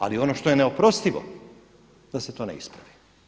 Ali ono što je neoprostivo da se to ne ispravi.